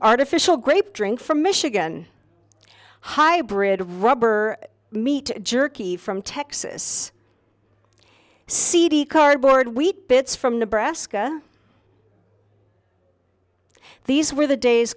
artificial grape drink from michigan hybrid of rubber meat jerky from texas cd cardboard wheat bits from nebraska these were the days